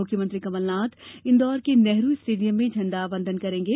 मुख्यमंत्री कमलनाथ इंदौर के नेहरू स्टेडियम में झण्डावंदन करेंगे